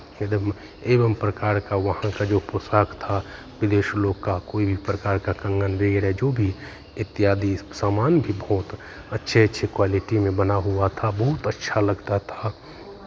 एकदम एवं प्रकार का वहाँ का जो पोशाक था विदेश लोग का कोइ भी किसी प्रकार का कंगन भी रहे जो भी इत्यादि सामान भी बहुत अच्छे अच्छे क्वालिटी में बना हुआ था बहुत अच्छा लगता था